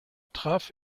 traf